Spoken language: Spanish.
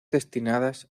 destinadas